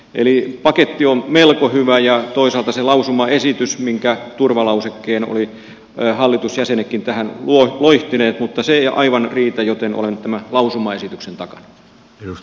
eli paketti on melko hyvä ja toisaalta se lausumaesitys minkä turvalausekkeen olivat hallituksen jäsenetkin tähän loihtineet mutta se ei aivan riitä joten olen tämän lausumaesityksen takana